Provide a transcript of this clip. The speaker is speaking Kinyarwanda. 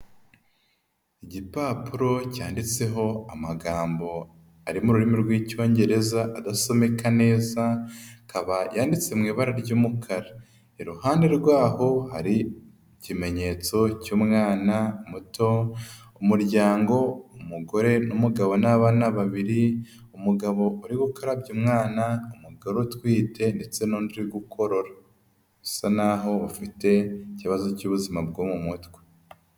Igipapuro cyanditseho amagambo ari mu rurimi rw'Icyongereza adasomeka neza, akaba yanditswe mu ibara ry'umukara, iruhande rwaho hari ikimenyetso cy'umwana muto, umuryango, umugore n'umugabo n'abana babiri, umugabo uri gukarabya umwana, umugore utwite ndetse n'undi uri gukorora usa naho afite ikibazo cy'ubuzima bwo mu mutwe.